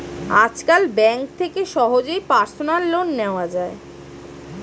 আজকাল ব্যাঙ্ক থেকে সহজেই পার্সোনাল লোন নেওয়া যায়